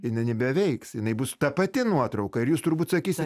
jinai nebeveiks jinai bus ta pati nuotrauka ir jūs turbūt sakysit